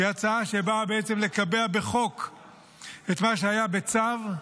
זו הצעה שבאה בעצם לקבע בחוק את מה שהיה בצו,